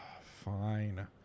Fine